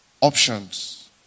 options